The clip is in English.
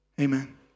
Amen